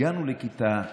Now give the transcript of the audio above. הגענו לכיתה ג'